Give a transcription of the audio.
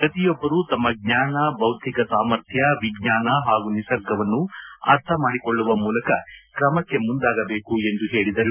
ಪ್ರತಿಯೊಬ್ಬರೂ ತಮ್ಮ ಜ್ಞಾನ ಬೌದ್ದಿಕ ಸಾಮರ್ಥ್ಯ ವಿಜ್ಞಾನ ಹಾಗೂ ನಿಸರ್ಗವನ್ನು ಅರ್ಥಮಾಡಿಕೊಳ್ಳುವ ಮೂಲಕ ಕ್ರಮಕ್ಕೆ ಮುಂದಾಗಬೇಕು ಎಂದು ಹೇಳಿದರು